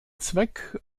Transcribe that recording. zweck